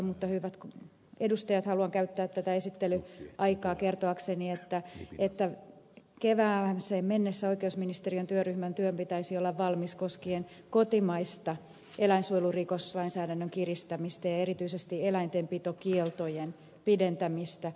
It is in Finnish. mutta hyvät edustajat haluan käyttää tätä esittelyaikaa kertoakseni että kevääseen mennessä oikeusministeriön työryhmän työn pitäisi olla valmis koskien kotimaista eläinsuojelurikoslainsäädännön kiristämistä ja erityisesti eläintenpitokieltojen pidentämistä